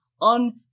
on